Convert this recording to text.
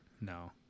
No